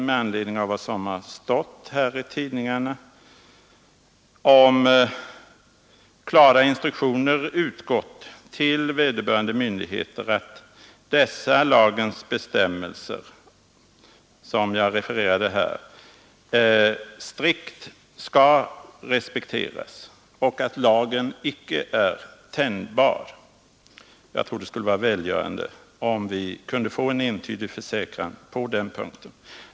Med anledning av vad som har stått i tidningarna vill jag fråga statsrådet om klara instruktioner utgått till vederbörande myndigheter om att de bestämmelser i lagen som jag här refererat strikt skall respekteras och om att lagen icke är tänjbar. Jag tror att det skulle vara välgörande om vi kunde få en entydig försäkran på den punkten.